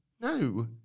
no